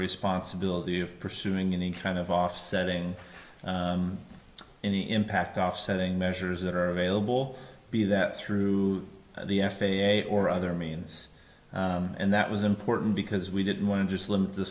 responsibility of pursuing in any kind of offsetting any impact offsetting measures that are available be that through the f a a or other means and that was important because we didn't want to just limit the